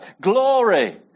Glory